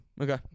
Okay